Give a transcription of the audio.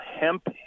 Hemp